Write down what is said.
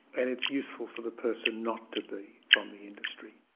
and it's useful for the person not to be from the industry.